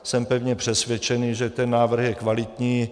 A jsem pevně přesvědčený, že ten návrh je kvalitní.